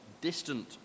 distant